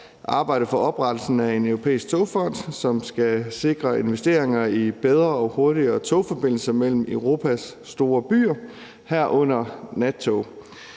arbejde for oprettelsen af en europæisk togfond, som skal sikre investeringer i bedre og hurtigere togforbindelser mellem Europas store byer, herunder nattog.